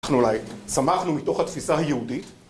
צמכנו מתוך התפיסה היהודית